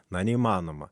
na neįmanoma